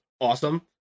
awesome